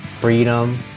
freedom